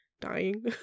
dying